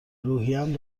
رویهم